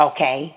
Okay